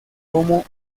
como